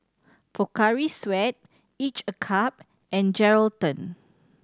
Pocari Sweat Each a Cup and Geraldton